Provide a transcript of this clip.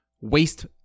waste